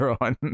on